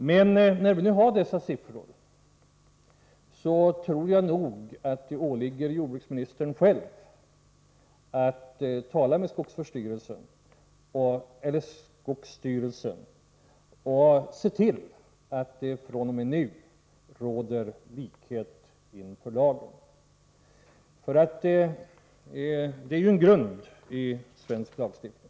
Men när vi nu har dessa siffror, tror jag nog att det åligger jordbruksministern själv att tala med skogsstyrelsen och se till att det fr.o.m. nu råder likhet inför lagen. Det är en grund i svensk lagstiftning.